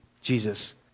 Jesus